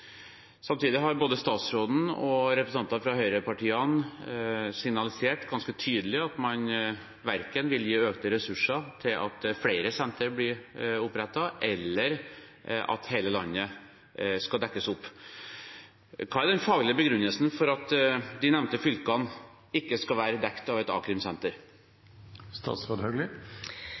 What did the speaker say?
Samtidig har både statsråden og representanter fra høyrepartiene signalisert ganske tydelig at man verken vil gi økte ressurser til at flere sentre blir opprettet, eller til at hele landet skal dekkes opp. Hva er den faglige begrunnelsen for at de nevnte fylkene ikke skal være dekt av et